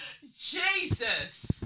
Jesus